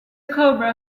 cobra